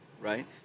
right